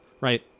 right